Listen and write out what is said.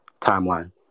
timeline